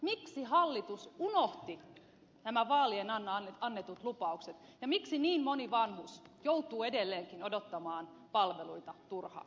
miksi hallitus unohti nämä vaalien alla annetut lupaukset ja miksi niin moni vanhus joutuu edelleenkin odottamaan palveluita turhaan